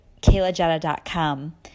kaylajetta.com